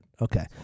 Okay